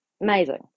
amazing